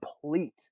complete